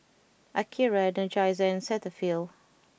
Akira Energizer and Cetaphil